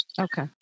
okay